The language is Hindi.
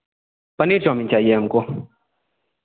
पनीर चाउमीन चाहिए हमको